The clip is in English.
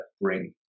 bring